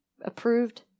Approved